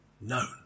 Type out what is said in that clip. known